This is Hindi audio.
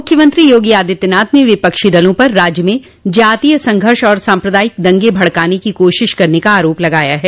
मुख्यमंत्री योगी आदित्यनाथ ने विपक्षी दलों पर राज्य में जातीय संघर्ष और साम्प्रदायिक दंगे भड़काने की कोशिश करने का आरोप लगाया है